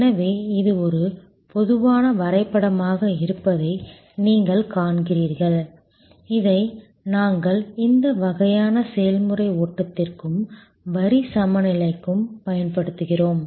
எனவே இது ஒரு பொதுவான வரைபடமாக இருப்பதை நீங்கள் காண்கிறீர்கள் இதை நாங்கள் இந்த வகையான செயல்முறை ஓட்டத்திற்கும் வரி சமநிலைக்கும் பயன்படுத்துகிறோம்